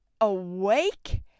awake